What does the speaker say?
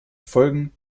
folgen